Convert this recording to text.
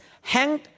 hang